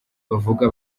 bavuga